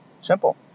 Simple